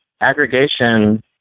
Aggregation